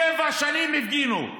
שבע שנים הפגינו,